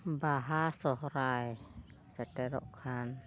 ᱵᱟᱦᱟ ᱥᱚᱦᱨᱟᱭ ᱥᱮᱴᱮᱨᱚᱜ ᱠᱷᱟᱱ